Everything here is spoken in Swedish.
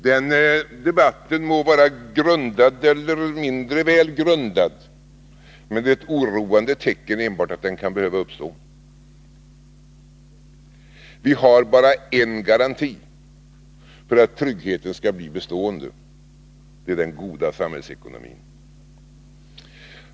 Den debatten må vara grundad eller mindre väl grundad, men det är ett oroande tecken enbart att den kan behöva uppstå. Vi har bara en garanti för att tryggheten skall bli bestående. Det är den goda samhällsekonomin.